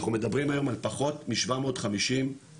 אנחנו מדברים היום על פחות מ-750 אירועים.